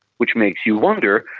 which makes you wonder,